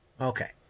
Okay